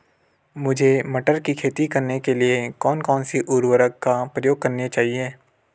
मुझे मटर की खेती करने के लिए कौन कौन से उर्वरक का प्रयोग करने चाहिए?